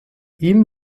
ihm